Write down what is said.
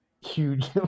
huge